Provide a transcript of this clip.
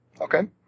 Okay